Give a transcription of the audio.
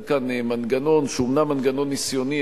כאן מנגנון שהוא אומנם מנגנון ניסיוני,